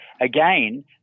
again